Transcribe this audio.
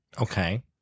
Okay